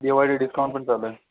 Diwali discount पण चालू आहे